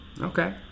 Okay